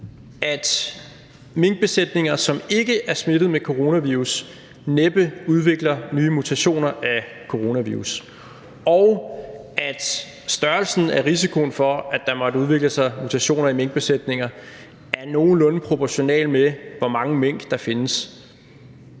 at minkbesætninger, som ikke er smittet med coronavirus, næppe udvikler nye mutationer af coronavirus, og at størrelsen af risikoen for, at der måtte udvikle sig mutationer i minkbesætninger, er nogenlunde proportional med, hvor mange mink der findes,